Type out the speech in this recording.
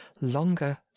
longer